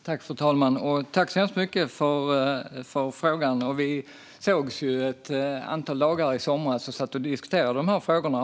Fru talman! Tack så mycket för frågan, Hans Eklind! Vi sågs ju ett antal dagar i somras och diskuterade de här frågorna.